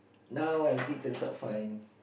now everything turns out fine